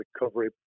recovery